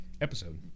episode